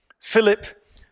Philip